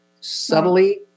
Subtly